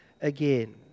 again